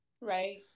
Right